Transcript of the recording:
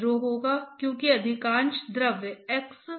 जब कंडक्शन की बात आई तो परिमाणीकरण कहने से हमारा क्या तात्पर्य था